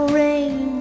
rain